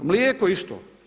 Mlijeko isto.